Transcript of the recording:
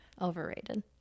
Overrated